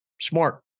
Smart